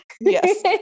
Yes